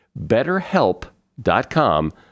BetterHelp.com